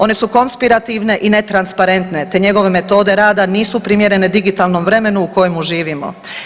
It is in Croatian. One su konspirativne i netransparentne te njegove metode rada nisu primjerene digitalnom vremenu u kojemu živimo.